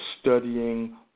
studying